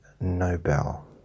Nobel